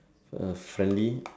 uh friendly